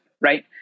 Right